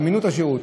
אמינות השירות.